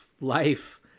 life